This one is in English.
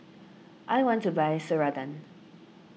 I want to buy Ceradan